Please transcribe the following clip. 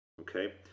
okay